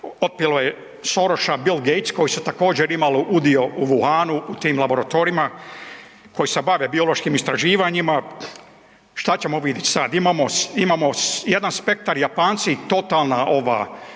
otpilo je Sorosa Bil Gates koji su također imali udio u Wuhanu u tim laboratorijima koji se bave biološkim istraživanjima, šta ćemo vidit sad. Imamo jedan spektar Japanci, totalna ova